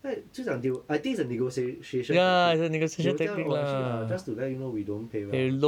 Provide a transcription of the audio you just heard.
right 就讲 they will I think it's a negotiation tactic they will tell you orh actually uh just to let you know we don't pay well